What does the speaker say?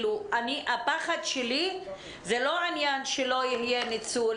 הפחד שלי הוא לא העניין שלא יהיה ניצול,